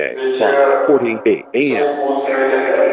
بیٚیہِ چھِ swimming pool تہِ چھُ ییٚتہِ اَسہِ